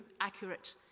accurate